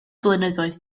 blynyddoedd